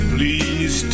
Please